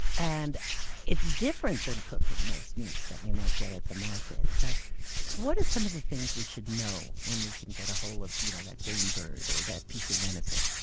and it's different than cooking most meats that we might get at the market. so what are some of the things we should know when we can get a hold of you know that game bird or that piece of venison?